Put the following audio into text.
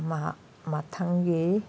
ꯃꯍꯥꯛ ꯃꯊꯪꯒꯤ